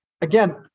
again